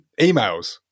emails